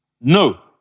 No